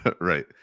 Right